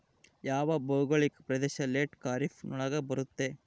ಯಾವ ಭೌಗೋಳಿಕ ಪ್ರದೇಶ ಲೇಟ್ ಖಾರೇಫ್ ನೊಳಗ ಬರುತ್ತೆ?